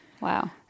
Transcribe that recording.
Wow